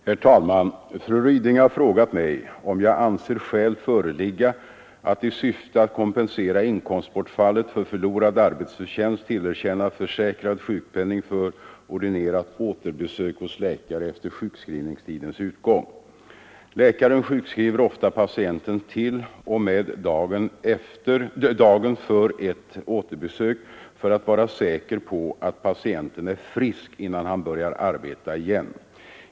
Herr talman! Fru Ryding har frågat mig, om jag anser skäl föreligga att i syfte att kompensera inkomstbortfallet för förlorad arbetsförtjänst tillerkänna försäkrad sjukpenning för ordinerat återbesök hos läkare efter sjukskrivningstidens utgång. Läkaren sjukskriver ofta patienten till och med dagen för ett återbesök för att vara säker på att patienten är frisk innan har börjar arbeta igen.